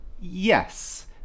Yes